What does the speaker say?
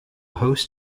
host